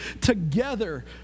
together